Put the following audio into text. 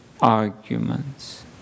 arguments